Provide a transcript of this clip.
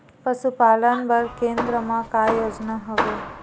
पशुपालन बर केन्द्र म का योजना हवे?